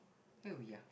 ya